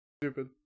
Stupid